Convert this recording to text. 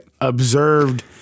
observed